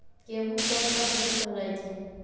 गेहूँ कोन सा फसल कहलाई छई?